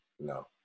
no